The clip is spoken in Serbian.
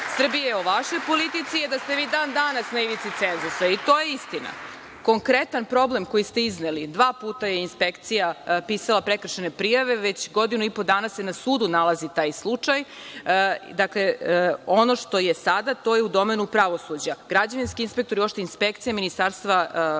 Srbije o vašoj politici je da ste vi i dan danas na ivici cenzusa. To je istina. Konkretan problem koji ste izneli, dva puta je inspekcija pisala prekršajne prijave. Već godinu i po dana se na sudu nalazi taj slučaj. Dakle, ono što je sada, to je u domenu pravosuđa. Građevinski inspektori, uopšte inspekcija Ministarstva i